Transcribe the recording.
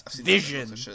vision